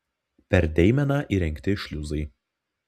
per deimeną įrengti šliuzai